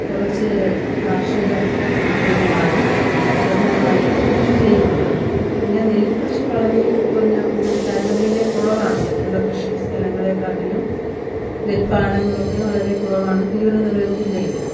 കുറച്ച് കാർഷിക ഇനങ്ങളാണ് പ്രധാനമായിട്ടും കൃഷി ചെയ്യുന്നത് പിന്നെ നെൽകൃഷി വളരെ കുറഞ്ഞ ഒരു താരതമ്യേന കുറവാണ് മറ്റുള്ള കൃഷി സ്ഥലങ്ങളെക്കാട്ടിലും നെൽപാടങ്ങളൊക്കെ വളരെ കുറവാണ് തിരുവനന്തപുരം ജില്ലയിൽ